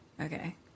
Okay